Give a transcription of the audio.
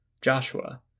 Joshua